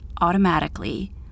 automatically